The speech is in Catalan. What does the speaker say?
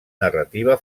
narrativa